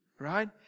Right